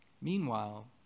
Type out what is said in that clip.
Meanwhile